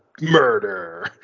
murder